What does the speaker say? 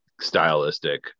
stylistic